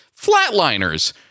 Flatliners